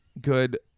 good